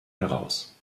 heraus